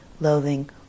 loathing